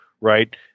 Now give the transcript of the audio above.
right